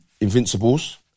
Invincibles